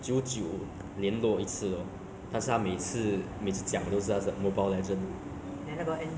darren 更加不用讲因为他很他都没有够能出门所以要怎样跟他沟通